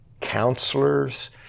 counselors